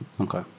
Okay